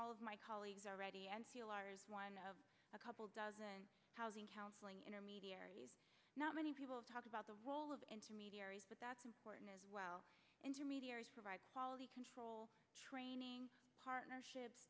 all of my colleagues already and feel ours one of a couple dozen housing counseling intermediaries not many people talk about the role of intermediaries but that's important as well intermediaries provide quality control training partnerships